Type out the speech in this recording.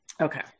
Okay